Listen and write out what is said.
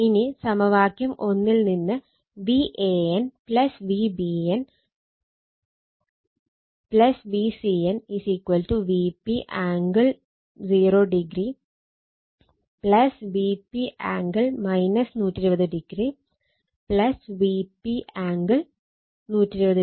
ഇനി സമവാക്യം ൽ നിന്ന് Van Vbn Vcn Vp angle 0o Vp angle 120 o Vp angle 120o